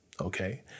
okay